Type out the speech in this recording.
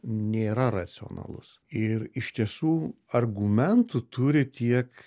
nėra racionalus ir iš tiesų argumentų turi tiek